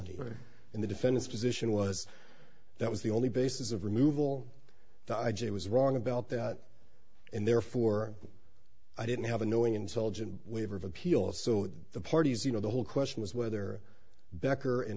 felony in the defense position was that was the only basis of removal i j was wrong about that and therefore i didn't have a knowing intelligent way of appeal so the parties you know the whole question was whether becker and